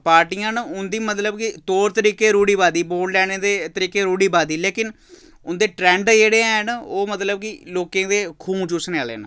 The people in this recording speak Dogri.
पार्टियां न उंं'दी मतलब कि तौर तरीके रूढ़िवादी वोट लैने दे तरीके रूढ़िवादी लेकिन उं'दे ट्रैंड जेह्ड़े हैन ओह् मतलब कि लोकें दे खून चूसने आह्ले न